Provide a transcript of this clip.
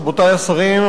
רבותי השרים,